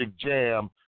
jam